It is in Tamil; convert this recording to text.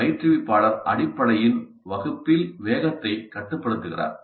பயிற்றுவிப்பாளர் அடிப்படையில் வகுப்பின் வேகத்தைக் கட்டுப்படுத்துகிறார்